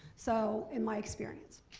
so in my experience.